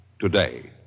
today